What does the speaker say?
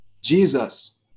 Jesus